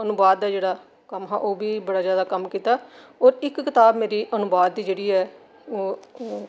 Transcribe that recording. अनुवाद दा कम्म जेह्ड़ा ऐ ओह् बी बड्डा जैदा कम्म कीता और इक कताब मेरी जेह्ड़ी अनुवाद दी ऐ ओह् कताब जेह्ड़ी ऐ ओह् पब्लिश होई